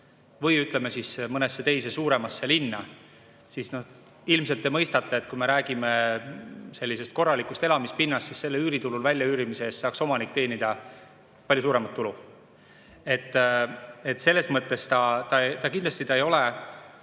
või mõnesse teise suuremasse linna, siis ilmselt te mõistate, et kui me räägime korralikust elamispinnast, siis selle üüriturul väljaüürimise eest saaks omanik teenida palju suuremat tulu. Selles mõttes ta kindlasti nagu ei